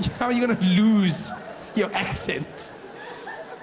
how are you going to lose your accent?